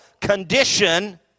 condition